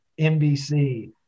NBC